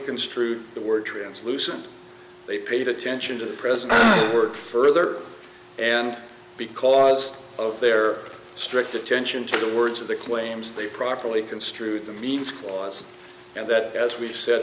construed the word translucent they paid attention to the prison word further and because of their strict attention to the words of the claims they properly construed the means was and that as we said